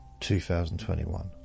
2021